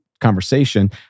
conversation